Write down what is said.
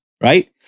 Right